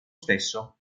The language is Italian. stesso